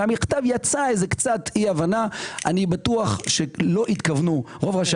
במכתב הייתה אי הבנה שאני בטוח שרוב ראשי